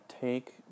take